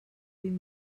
vint